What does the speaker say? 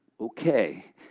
okay